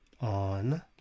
on